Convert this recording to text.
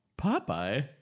Popeye